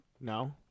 No